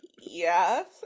Yes